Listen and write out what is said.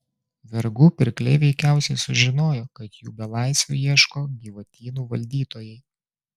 vergų pirkliai veikiausiai sužinojo kad jų belaisvio ieško gyvatyno valdytojai